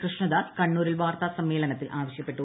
കൃഷ്ണദാസ് കണ്ണൂരിൽ വാർത്താ സമ്മേളനത്തിൽ ആവശ്യപ്പെട്ടു